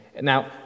Now